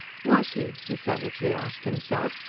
was he, he savagely asked himself,